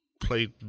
played